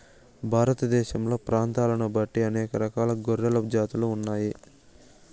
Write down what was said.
భారతదేశంలో ప్రాంతాలను బట్టి అనేక రకాల గొర్రెల జాతులు ఉన్నాయి